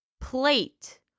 plate